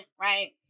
right